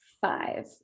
Five